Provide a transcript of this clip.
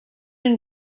and